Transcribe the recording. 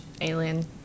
Alien